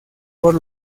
por